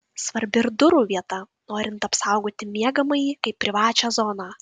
svarbi ir durų vieta norint apsaugoti miegamąjį kaip privačią zoną